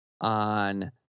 on